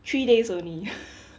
three days only